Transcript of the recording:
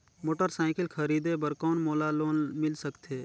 Motorcycle खरीदे बर कौन मोला लोन मिल सकथे?